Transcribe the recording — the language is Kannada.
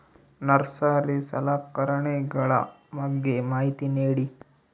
ನರ್ಸರಿ ಸಲಕರಣೆಗಳ ಬಗ್ಗೆ ಮಾಹಿತಿ ನೇಡಿ?